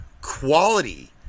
quality